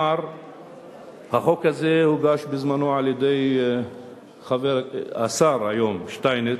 החוק הזה הוגש בזמנו על-ידי השר היום שטייניץ.